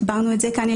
הסברנו את זה כאן.